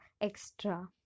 extra